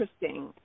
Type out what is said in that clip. interesting